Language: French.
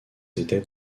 étaient